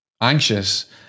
anxious